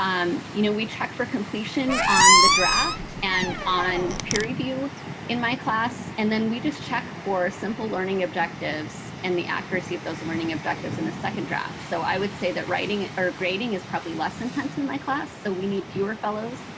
um you know, we check for completion on the draft and on peer review in my class. and then we just check for simple learning objectives and the accuracy of those learning objectives in the second draft. so i would say that writing or grading is probably less intense in my class. so we need fewer fellows.